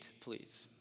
please